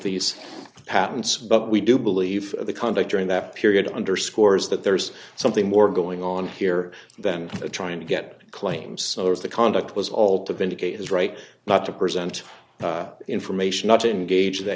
these patents but we do believe the conduct during that period underscores that there's something more going on here than trying to get claims so as the conduct was all to vindicate his right not to present information not to engage the